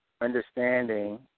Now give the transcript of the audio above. Understanding